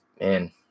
man